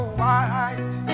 white